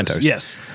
Yes